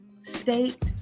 state